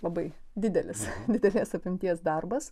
labai didelis didelės apimties darbas